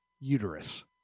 uterus